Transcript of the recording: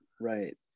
Right